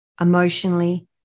emotionally